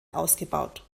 ausgebaut